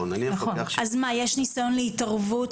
אז מה, יש ניסיון להתערבות